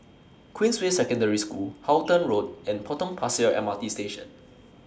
Queensway Secondary School Halton Road and Potong Pasir M R T Station